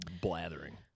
blathering